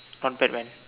haunted land